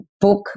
book